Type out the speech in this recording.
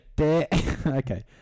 Okay